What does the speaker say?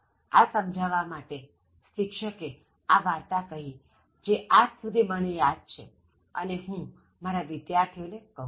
આ સમજાવવા માટે શિક્ષકે આ વાર્તા કહી જે આજ સુધી મને યાદ છે અને હું વિદ્યાર્થીઓને કહુ છું